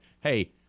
hey